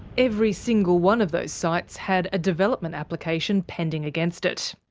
every single one of those sites had a development application pending against it.